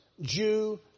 Jew